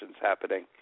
happening